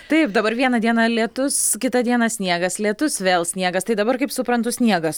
taip dabar vieną dieną lietus kitą dieną sniegas lietus vėl sniegas tai dabar kaip suprantu sniegas